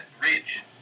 bridge